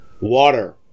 water